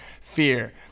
fear